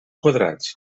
quadrats